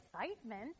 excitement